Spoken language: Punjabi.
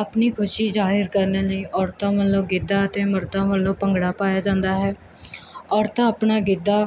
ਆਪਣੀ ਖੁਸ਼ੀ ਜਾਹਿਰ ਕਰਨ ਲਈ ਔਰਤਾਂ ਵੱਲੋਂ ਗਿੱਧਾ ਅਤੇ ਮਰਦਾਂ ਵੱਲੋਂ ਭੰਗੜਾ ਪਾਇਆ ਜਾਂਦਾ ਹੈ ਔਰਤਾਂ ਆਪਣਾ ਗਿੱਧਾ